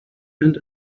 and